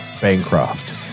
bancroft